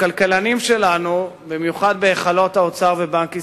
הכלכלנים שלנו, במיוחד בהיכלות האוצר ובנק ישראל,